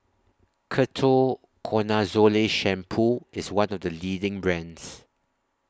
Ketoconazole Shampoo IS one of The leading brands